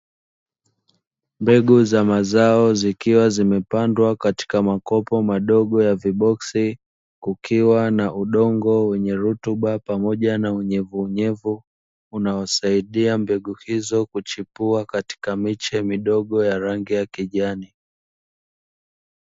Mbegu za mazao zikiwa zimepangwa katika makopo madogo ya viboksi kukiwa na udongo wenye rutuba pamoja na unyevunyevu unaosaidia mbegu izo kuchepua katika miche ya midogo ya rangi ya kijani.